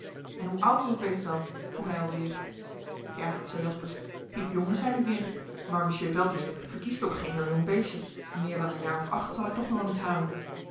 en hoe oud is het beest wel vroeg hij alweer ja zei jaspersz piepjong is hij niet meer maar monsieur velters verkiest ook geen heel jong beestje meer dan een jaar of acht zal hij toen wel niet halen